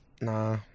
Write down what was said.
Nah